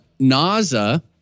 NASA